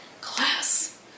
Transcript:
class